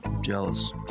jealous